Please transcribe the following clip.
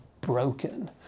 broken